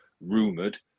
rumoured